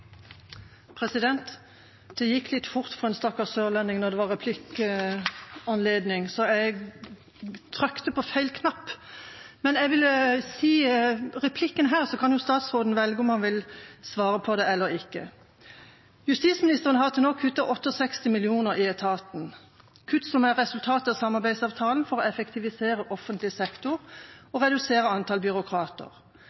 dømde. Det gikk litt fort for en stakkars sørlending da det var anledning til å ta replikk, så jeg trykket på feil knapp. Men jeg vil komme med replikken her, så kan statsråden velge om han vil svare på den eller ikke. Justisministeren har til nå kuttet 68 mill. kr i etaten, kutt som er et resultat av samarbeidsavtalen for å effektivisere offentlig sektor